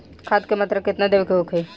खाध के मात्रा केतना देवे के होखे?